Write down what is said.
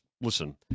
listen